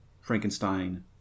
Frankenstein